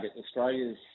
Australia's